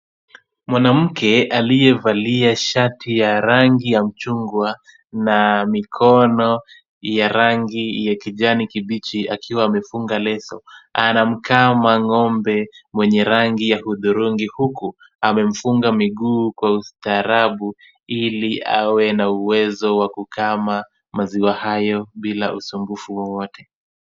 Mwanamke aliyevalia shati ya rangi ya uchungwa na mikono ya rangi ya kijani kibichi akiwa amefunga leso, anamkama ng'ombe mwenye rangi ya hudhurungi, huku amemfunga miguu kwa ustaarabu ili awe na uwezo wa kukama maziwa hayo bila usumbufu wowote.